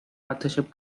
authorship